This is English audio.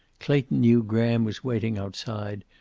clayton knew graham was waiting outside,